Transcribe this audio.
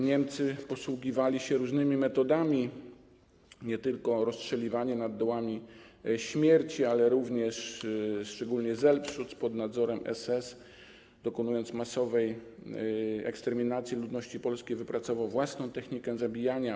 Niemcy posługiwali się różnymi metodami - nie tylko rozstrzeliwanie nad dołami śmierci, ale również Selbstschutz, pod nadzorem SS dokonując masowej eksterminacji ludności polskiej, wypracował własną technikę zabijania.